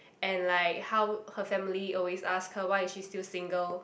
and like how her family always ask her why is she still single